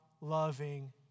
loving